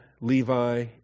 Levi